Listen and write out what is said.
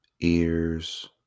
ears